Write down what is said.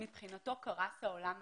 מבחינתו קרס העולם עליו.